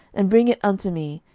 and bring it unto me,